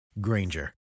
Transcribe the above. Granger